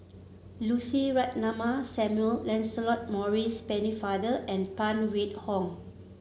Lucy Ratnammah Samuel Lancelot Maurice Pennefather and Phan Wait Hong